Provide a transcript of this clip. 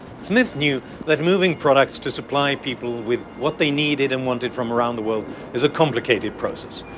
smith knew that moving products to supply people with what they needed and wanted from around the world is a complicated process,